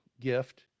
gift